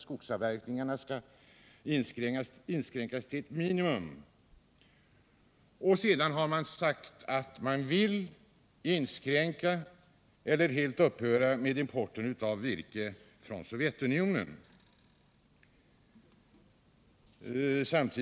Skogsavverkningarna skall inskränkas till ett minimum. Sedan har man sagt att man vill inskränka — eller helt upphöra med — importen av virke från Sovjetunionen.